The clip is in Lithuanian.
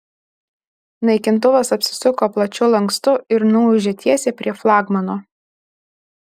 naikintuvas apsisuko plačiu lankstu ir nuūžė tiesiai prie flagmano